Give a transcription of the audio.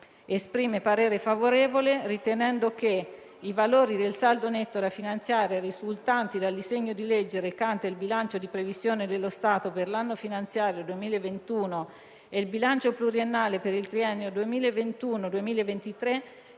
esprime parere favorevole ritenendo che i valori del saldo netto da finanziare risultanti dal disegno di legge recante il bilancio di previsione dello Stato per l'anno finanziario 2021 e il bilancio pluriennale per il triennio 2021-2023